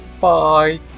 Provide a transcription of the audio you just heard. Bye